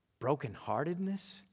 brokenheartedness